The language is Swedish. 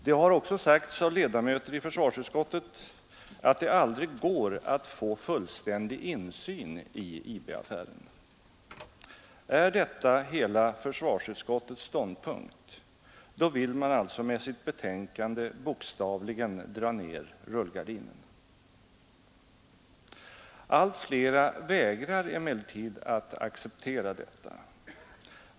Det har också sagts av ledamöter i försvarsutskottet att det aldrig går att få fullständig insyn i IB-affären. Är detta hela försvarsutskottets ståndpunkt, vill man alltså med sitt betänkande bokstavligen dra ner rullgardinen. Allt fler vägrar emellertid att acceptera detta.